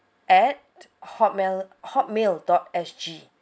at hotmail hotmail dot S G